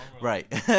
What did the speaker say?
Right